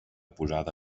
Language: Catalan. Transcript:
posada